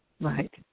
Right